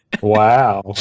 Wow